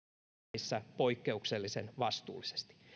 näissä poikkeuksellisen vastuullisesti